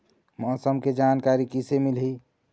मौसम के जानकारी किसे मिलही?